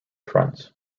friends